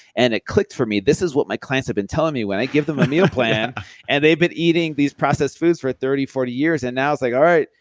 and it clicked for me, this is what my clients have been telling me when i give them a meal plan and they've been eating these processed foods for thirty, forty years, and now it's like, all right,